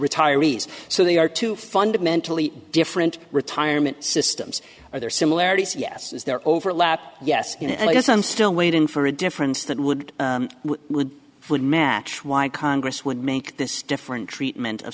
retirees so the are two fundamentally different retirement systems are there similarities yes is there overlap yes and i guess i'm still waiting for a difference that would would would match why congress would make this different treatment of